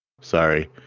Sorry